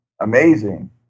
amazing